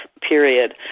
period